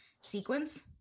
sequence